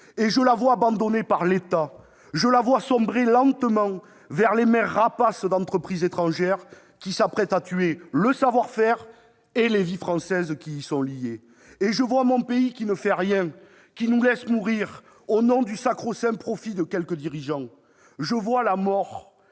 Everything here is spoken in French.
Et je la vois abandonnée par l'État. Je la vois sombrer lentement vers les mains rapaces d'entreprises étrangères qui s'apprêtent à tuer le savoir-faire et les vies françaises qui y sont liées. Et je vois mon pays qui ne fait rien, qui nous laisse mourir, au nom du sacro-saint profit de quelques dirigeants ! Je vois la mort